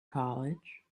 college